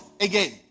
again